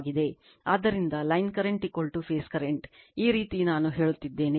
ಆದ್ದರಿಂದ line current phase current ಈ ರೀತಿ ನಾನು ಹೇಳುತ್ತಿದ್ದೇನೆ